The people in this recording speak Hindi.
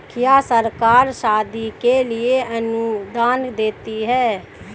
क्या सरकार शादी के लिए अनुदान देती है?